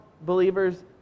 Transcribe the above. believers